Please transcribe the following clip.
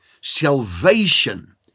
salvation